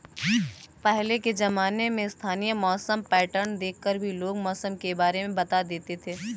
पहले के ज़माने में स्थानीय मौसम पैटर्न देख कर भी लोग मौसम के बारे में बता देते थे